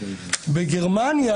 בגרמניה,